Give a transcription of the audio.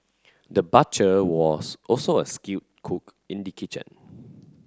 the butcher was also a skilled cook in the kitchen